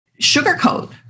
sugarcoat